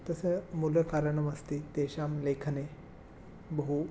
तस्य मूलकारणमस्ति तेषां लेखने बहु